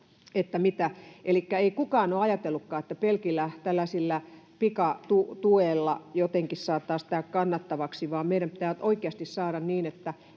ei kukaan ole ajatellutkaan, että pelkillä tällaisilla pikatuilla jotenkin saataisiin tämä kannattavaksi, vaan meidän pitää oikeasti saada niin, että